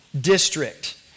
district